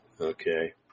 Okay